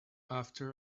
after